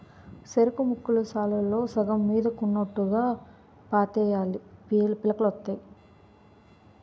సెరుకుముక్కలు సాలుల్లో సగం మీదకున్నోట్టుగా పాతేయాలీ పిలకలొత్తాయి